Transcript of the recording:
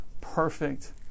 perfect